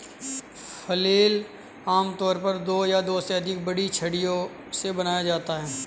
flail आमतौर पर दो या दो से अधिक बड़ी छड़ियों से बनाया जाता है